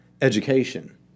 education